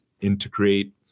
integrate